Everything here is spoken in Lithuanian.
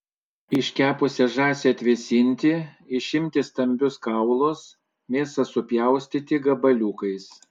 iškepusią žąsį atvėsinti išimti stambius kaulus mėsą supjaustyti gabaliukais